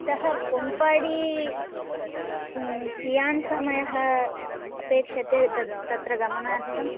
इतः पोम्पाडी कियान् समयः अपेक्षते तत् तत्र गमनार्थम्